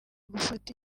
gufata